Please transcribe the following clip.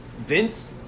Vince